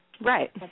Right